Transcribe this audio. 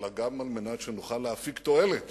אלא גם על מנת שנוכל להפיק תועלת